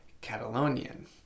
catalonian